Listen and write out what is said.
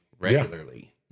regularly